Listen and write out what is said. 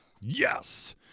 Yes